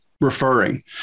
referring